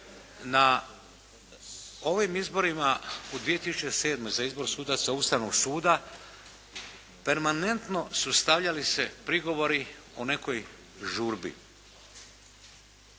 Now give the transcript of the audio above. Na ovim izborima u 2007. za izbor sudaca Ustavnog suda, permanentno su stavljali se prigovori o nekoj žurbi.